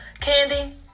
Candy